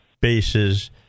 bases